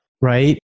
Right